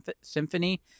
symphony